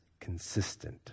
consistent